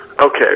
Okay